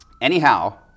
Anyhow